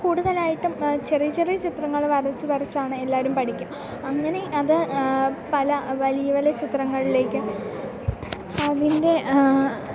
കൂടുതലായിട്ടും ചെറിയ ചെറിയ ചിത്രങ്ങൾ വരച്ചു വരച്ചാണ് എല്ലാവരും പഠിക്കുക അങ്ങനെ അത് പല വലിയ വലിയ ചിത്രങ്ങളിലേക്ക് അതിൻ്റെ